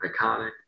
iconic